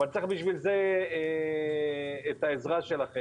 אבל לשם כך נצטרך את העזרה שלכם.